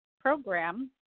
program